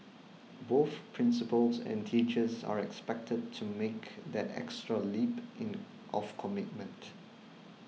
both principals and teachers are expected to make that extra leap in of commitment